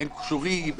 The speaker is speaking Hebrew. הם קשורים?